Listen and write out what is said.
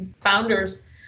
founders